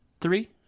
Three